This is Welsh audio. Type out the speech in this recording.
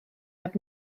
heb